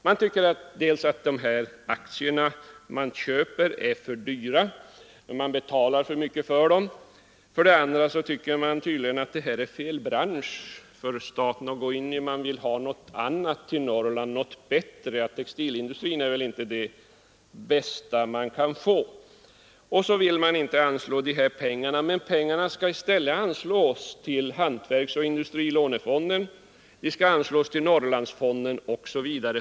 Man tycker dels att aktierna som köps är för dyra, dels tycker man tydligen att det här är fel bransch för staten att gå in i. Man vill ha någonting annat i Norrland, någonting bättre. Textilindustrin är väl inte det bästa, säger man. Man vill inte heller anslå pengar till den. I stället skall pengarna finnas tillgängliga för företagsamheten och anslås till hantverksoch industrilånefonden, till Norrlandsfonden osv.